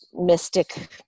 mystic